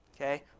Okay